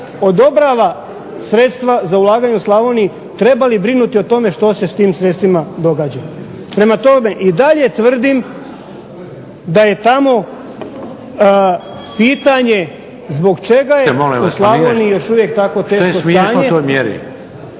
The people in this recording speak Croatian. odobrava sredstva za ulaganje u Slavoniju trebali brinuti o tome što se s tim sredstvima događa. Prema tome, i dalje tvrdim da je tamo pitanje zbog čega je u Slavoniji još uvijek tako teško stanje,